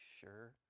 sure